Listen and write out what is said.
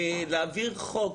ולהעביר חוק